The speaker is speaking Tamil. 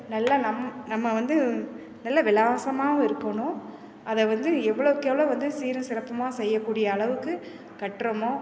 நல்லா நம் நம்ம வந்து நல்ல விலாசமாவும் இருக்கணும் அதை வந்து எவ்வளவுக்கெவ்வளோ வந்து சீரும் சிறப்புமாக செய்யக் கூடிய அளவுக்கு கட்டுறமோ